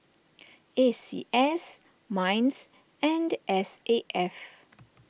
A C S Minds and S A F